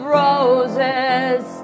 roses